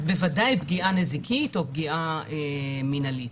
אז בוודאי פגיעה נזיקית או פגיעה מנהלית.